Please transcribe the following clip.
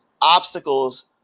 obstacles